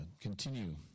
continue